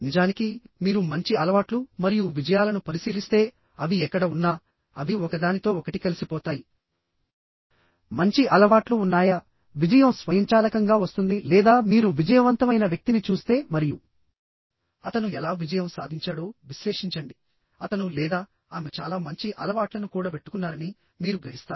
నిజానికి మీరు మంచి అలవాట్లు మరియు విజయాలను పరిశీలిస్తే అవి ఎక్కడ ఉన్నా అవి ఒకదానితో ఒకటి కలిసిపోతాయి మంచి అలవాట్లు ఉన్నాయా విజయం స్వయంచాలకంగా వస్తుంది లేదా మీరు విజయవంతమైన వ్యక్తిని చూస్తే మరియు అతను ఎలా విజయం సాధించాడో విశ్లేషించండి అతను లేదా ఆమె చాలా మంచి అలవాట్లను కూడబెట్టుకున్నారని మీరు గ్రహిస్తారు